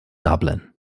dublin